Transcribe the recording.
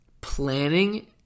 planning